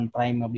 Prime